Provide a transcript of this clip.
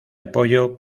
apoyo